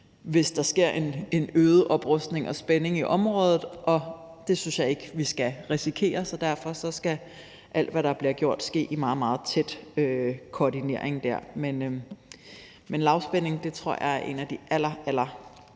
hvis der sker en øget oprustning og spænding i området, og det synes jeg ikke vi skal risikere, så derfor skal alt, hvad der bliver gjort, ske i meget, meget tæt koordinering der. Men lavspænding tror jeg er en af de allerallervæsentligste